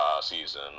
season